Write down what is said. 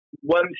one